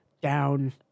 down